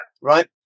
Right